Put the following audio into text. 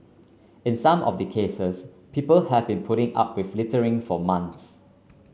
in some of the cases people have been putting up with littering for months